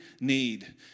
need